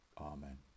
Amen